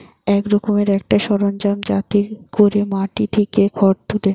এক রকমের একটা সরঞ্জাম যাতে কোরে মাটি থিকে খড় তুলে